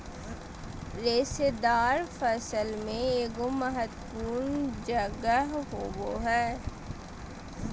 रेशेदार फसल में एगोर महत्वपूर्ण जगह होबो हइ